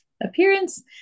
appearance